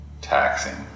taxing